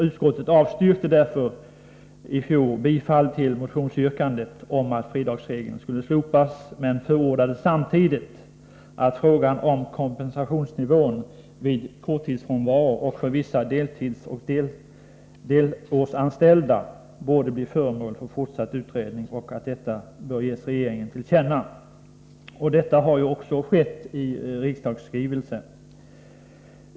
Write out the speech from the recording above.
Utskottet avstyrkte därför i fjol bifall till motionsyrkandet om att fridagsregeln skulle slopas men förordade samtidigt att frågan om kompensationsnivån vid korttidsfrånvaro och för vissa deltidsoch delårsanställda borde bli föremål för fortsatt utredning och att detta bör ges regeringen till känna. Så har också skett i en riksdagsskrivelse.